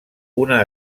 una